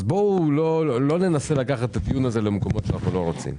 אז לא ננסה לקחת את הדיון הזה למקומות שאנחנו לא רוצים.